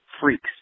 freaks